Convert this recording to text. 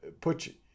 put